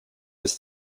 ist